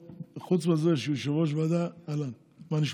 חוץ מזה שהוא יושב-ראש ועדה, אהלן, מה נשמע?